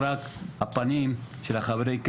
היערכות מערכת הלימודים לקראת שנת הלימודים